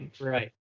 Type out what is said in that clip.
right